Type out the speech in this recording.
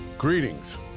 Greetings